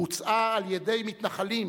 בוצעה על-ידי מתנחלים"?